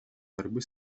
борьбы